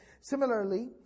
Similarly